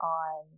on